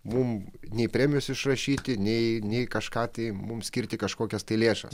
mum nei premijos išrašyti nei nei kažką tai mums skirti kažkokias tai lėšas